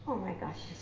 my gosh.